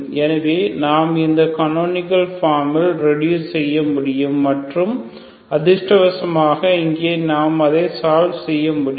எனவே நாம் இந்த கனோனிகல் பார்ம் இல் ரெடூஸ் செய்ய முடியும் மற்றும் அதிர்ஷ்டவசமாக இங்கே நாம் அதை சால்வ் செய்ய முடியும்